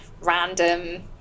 random